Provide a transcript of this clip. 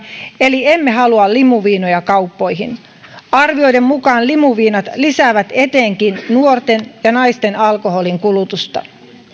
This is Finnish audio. eli emme halua limuviinoja kauppoihin arvioiden mukaan limuviinat lisäävät etenkin nuorten ja naisten alkoholinkulutusta